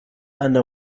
eine